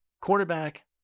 quarterback